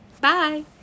Bye